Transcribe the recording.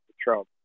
Trump